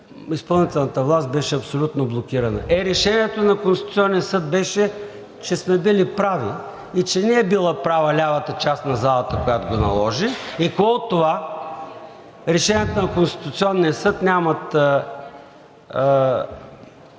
изпълнителната власт беше абсолютно блокирана. Е, решението на Конституционния съд беше, че сме били прави и че не е била права лявата част на залата, която го наложи. И какво от това? Решенията на Конституционния съд нямат